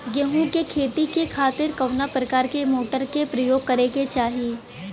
गेहूँ के खेती के खातिर कवना प्रकार के मोटर के प्रयोग करे के चाही?